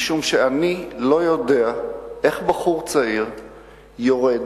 משום שאני לא יודע איך בחור צעיר יורד,